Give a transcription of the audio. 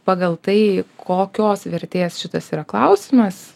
pagal tai kokios vertės šitas yra klausimas